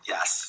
Yes